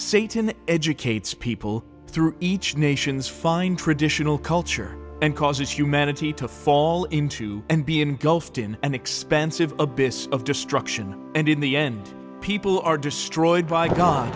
that educates people through each nations find traditional culture and causes humanity to fall into and be engulfed in an expensive abyss of destruction and in the end people are destroyed by god